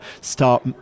start